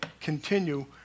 continue